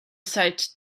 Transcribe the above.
such